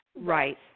Right